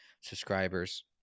subscribers